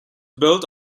built